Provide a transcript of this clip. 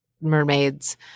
mermaids